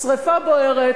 שרפה בוערת,